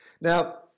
Now